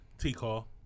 T-Call